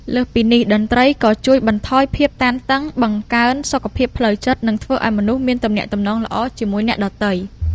លើសពីនេះ តន្ត្រីក៏ជួយបន្ថយភាពតានតឹង បង្កើនសុខភាពផ្លូវចិត្ត និងធ្វើឲ្យមនុស្សមានទំនាក់ទំនងល្អជាមួយអ្នកដទៃ